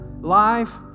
life